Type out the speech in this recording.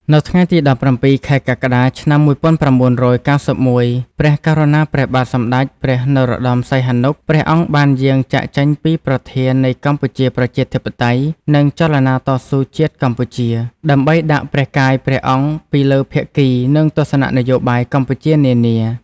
នៅថ្ងៃទី១៧ ខែកក្កដា ឆ្នាំ១៩៩១ ព្រះករុណាព្រះបាទសម្តេចព្រះនរោត្តម សីហនុ ព្រះ អង្គបានយាងចាកចេញពីប្រធាននៃកម្ពុជាប្រជាធិបតេយ្យ និងចលនាតស៊ូជាតិកម្ពុជា ដើម្បីដាក់ព្រះកាយព្រះអង្គពីលើភាគី និងទស្សនៈនយោបាយកម្ពុជានានា។